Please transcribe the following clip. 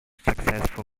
successful